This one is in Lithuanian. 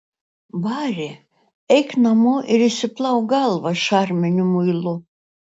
bari eik namo ir išsiplauk galvą šarminiu muilu